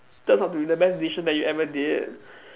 turns out to be the best decision that you ever did